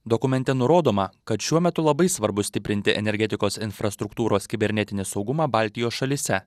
dokumente nurodoma kad šiuo metu labai svarbu stiprinti energetikos infrastruktūros kibernetinį saugumą baltijos šalyse